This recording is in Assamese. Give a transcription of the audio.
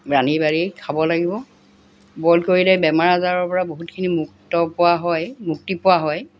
ৰান্ধি বাঢ়ি খাব লাগিব বইল কৰিলে বেমাৰ আজাৰৰ পৰা বহুতখিনি মুক্ত পোৱা হয় মুক্তি পোৱা হয়